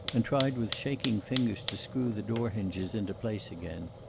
and tried with shaking fingers to screw the door-hinges into place again.